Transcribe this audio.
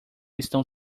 estão